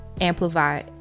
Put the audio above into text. amplify